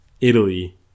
Italy